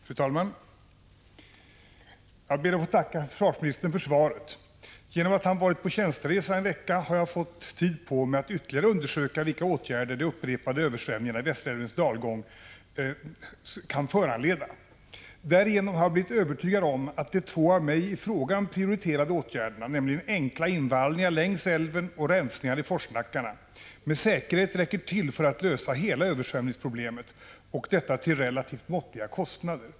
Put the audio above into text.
Fru talman! Jag ber att få tacka försvarsministern för svaret. På grund av att han varit på tjänsteresa en vecka har jag fått tid på mig att ytterligare undersöka vilka åtgärder de upprepade översvämningarna i Västerdalälvens dalgång kan föranleda. Därigenom har jag blivit övertygad om att de två av migi frågan prioriterade åtgärderna, nämligen enkla invallningar längs älven och rensningar i forsnackarna, med säkerhet räcker till för att lösa hela översvämningsproblemet och detta till relativt måttliga kostnader.